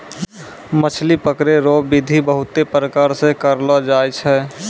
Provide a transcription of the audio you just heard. मछली पकड़ै रो बिधि बहुते प्रकार से करलो जाय छै